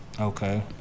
Okay